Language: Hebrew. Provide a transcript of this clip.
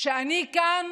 שאני כאן